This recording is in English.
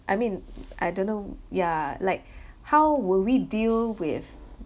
I mean I don't know yeah like how will we deal with